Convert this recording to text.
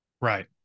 right